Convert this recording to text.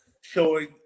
showing